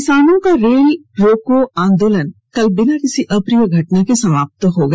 किसानों का रेल रोको आन्दोलन कल बिना किसी अप्रिय घटना के समाप्त हो गया